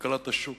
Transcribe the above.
כלכלת השוק,